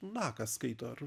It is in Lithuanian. naką skaito ar